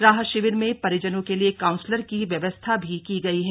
राहत शिविर में परिजनों के लिए काउंसलर की व्यवस्था भी की गई है